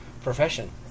profession